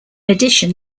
addition